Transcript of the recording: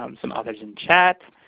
um some others in chat.